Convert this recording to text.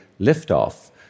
liftoff